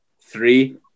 three